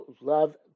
love